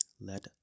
Let